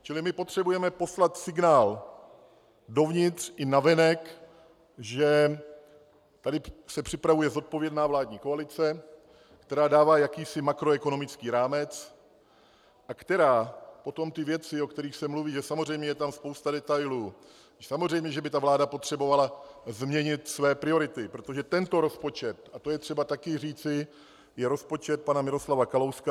Čili my potřebujeme poslat signál dovnitř i navenek, že tady se připravuje zodpovědná vládní koalice, která dává jakýsi makroekonomický rámec a která potom ty věci, o kterých se mluví, že samozřejmě je tam spousta detailů, samozřejmě, že by vláda potřebovala změnit své priority, protože tento rozpočet a to je třeba taky říci je rozpočet pana Miroslava Kalouska a Jana Fischera.